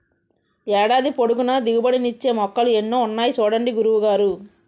ఏడాది పొడుగునా దిగుబడి నిచ్చే మొక్కలు ఎన్నో ఉన్నాయి చూడండి గురువు గారు